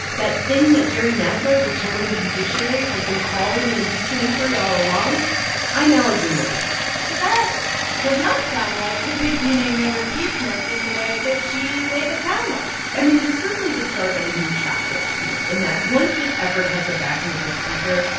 that thing that jerry nadler, the chairman of the judiciary, has been calling an impeachment inquiry all along i now agree with him so that does not sound like the beginning of impeachment in the way that she made it sound like i mean, it is certainly the start of a new chapter up here in that once this effort has the backing of the speaker,